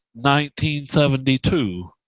1972